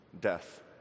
death